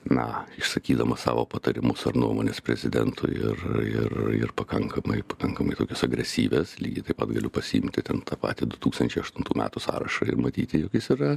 na išsakydamas savo patarimus ar nuomones prezidentui ir ir ir pakankamai pakankamai tokias agresyvias lygiai taip pat galiu pasiimti ten tą patį du tūkstančiai aštuntų metų sąrašą ir matyti jog jis yra